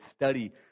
study